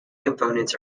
components